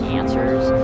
answers